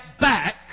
back